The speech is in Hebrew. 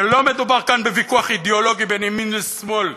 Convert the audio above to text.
שלא מדובר כאן בוויכוח אידיאולוגי בין ימין לשמאל,